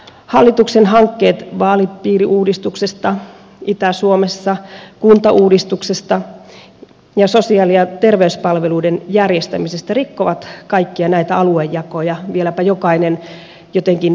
hallituksen hankkeet vaalipiiriuudistuksesta itä suomessa kuntauudistuksesta ja sosiaali ja terveyspalveluiden järjestämisestä rikkovat kaikkia näitä aluejakoja vieläpä jokainen jotenkin eri tavalla